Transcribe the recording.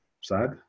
sad